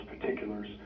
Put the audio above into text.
particulars